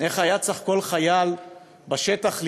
איך היה צריך כל חייל בשטח לנהוג.